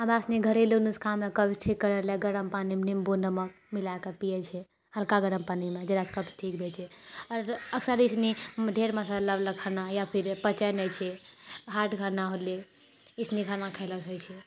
हमरा सुनी घरेलु नुस्खामे गरम पानिमे निम्बू नमक मिलाए कऽ पियैत छै हल्का गरम पानिमे जकरासँ कफ ठीक भए छै आर अक्सर ई सुनी ढेर मशाला बला खाना या फिर पचैत नहि छै हार्ड खाना होलै ई सुनी खाना खयलासँ होइत छै